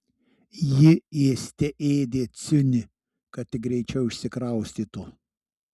ji ėste ėdė ciunį kad tik greičiau išsikraustytų